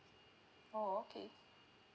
oh okay